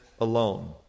alone